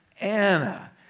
Anna